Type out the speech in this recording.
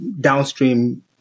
downstream